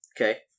Okay